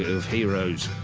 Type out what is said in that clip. of heroes.